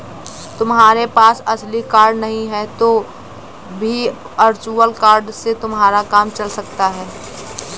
तुम्हारे पास असली कार्ड नहीं है तो भी वर्चुअल कार्ड से तुम्हारा काम चल सकता है